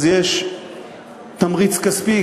אז יש תמריץ כספי.